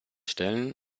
stellen